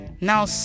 now